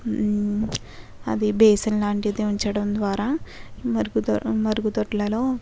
అది బేసిన్ లాంటిది ఉంచడం ద్వారా మరుగుదొడ్లలో